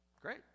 great